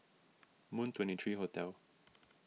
Moon twenty three Hotel